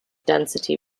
density